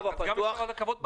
תפתחו את הרכבות בלילה.